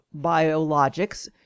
biologics